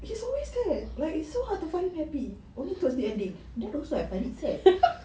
he's always sad like it's so hard to find him happy only towards the ending that also I find it sad